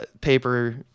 paper